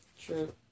True